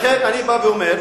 לכן אני בא ואומר